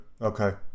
Okay